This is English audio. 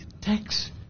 tax